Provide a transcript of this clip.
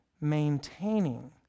maintaining